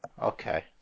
Okay